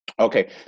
Okay